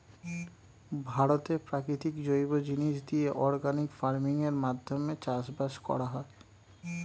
ভারতে প্রাকৃতিক জৈব জিনিস দিয়ে অর্গানিক ফার্মিং এর মাধ্যমে চাষবাস করা হয়